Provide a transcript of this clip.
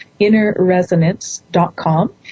innerresonance.com